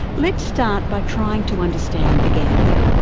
let's start by trying to understand the gambia,